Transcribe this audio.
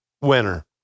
winner